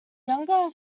younger